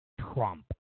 Trump